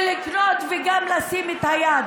ולקנות וגם לשים את היד.